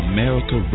America